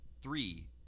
three